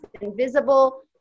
invisible